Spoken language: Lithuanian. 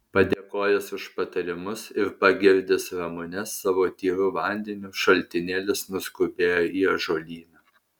padėkojęs už patarimus ir pagirdęs ramunes savo tyru vandeniu šaltinėlis nuskubėjo į ąžuolyną